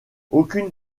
aucune